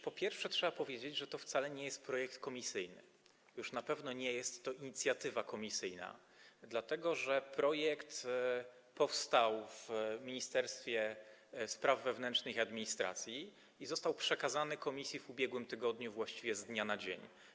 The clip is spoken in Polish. Przede wszystkim trzeba powiedzieć, że to wcale nie jest projekt komisyjny, a już na pewno nie jest to inicjatywa komisyjna, dlatego że projekt powstał w Ministerstwie Spraw Wewnętrznych i Administracji i został przekazany komisji w ubiegłym tygodniu właściwie z dnia na dzień.